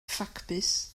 ffacbys